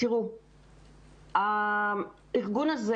הארגון הזה